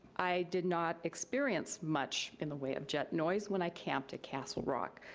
i did not experience much in the way of jet noise when i camped at castle rock,